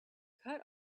cut